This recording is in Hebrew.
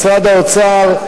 משרד האוצר,